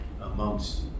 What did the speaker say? amongst